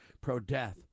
pro-death